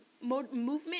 movement